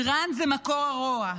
איראן זה מקור הרוע.